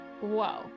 whoa